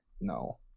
No